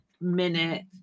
minute